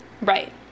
Right